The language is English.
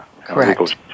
Correct